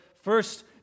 First